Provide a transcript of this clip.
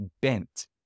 bent